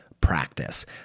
practice